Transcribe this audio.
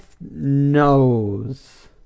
knows